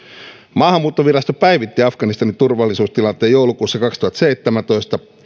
maahanmuuttovirasto päivitti afganistanin turvallisuustilannetta joulukuussa kaksituhattaseitsemäntoista